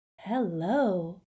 Hello